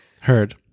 Heard